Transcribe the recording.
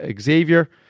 Xavier